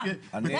גם, גם, הכל.